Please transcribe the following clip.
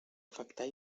afectar